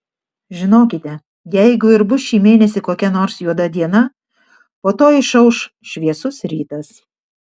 žinokite jeigu ir bus šį mėnesį kokia nors juoda diena po to išauš šviesus rytas